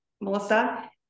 Melissa